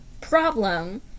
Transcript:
problem